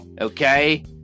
okay